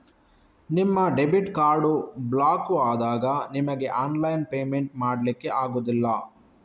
ನಿಮ್ಮ debit card block ಆದಾಗ ನಿಮಿಗೆ ಆನ್ಲೈನ್ ಪೇಮೆಂಟ್ ಮಾಡ್ಲಿಕ್ಕೆ ಆಗುದಿಲ್ಲ